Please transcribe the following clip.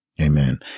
Amen